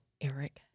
Eric